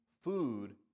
food